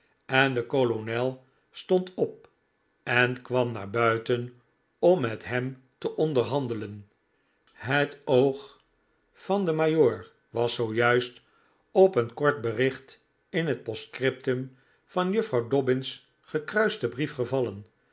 en de kolonel stond op en kwam naar buiten om met hem te onderhandelen het oog van den majoor was zoo juist op een kort bericht in het postscriptum van juffrouw dobbin's gekruisten brief gevallen